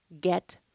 get